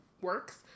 works